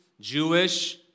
Jewish